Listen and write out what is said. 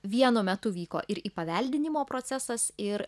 vienu metu vyko ir įpaveldinimo procesas ir